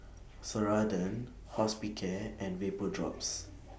Ceradan Hospicare and Vapodrops